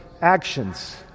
actions